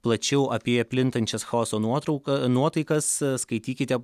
plačiau apie plintančias chaoso nuotrauka nuotaikas skaitykite